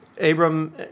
Abram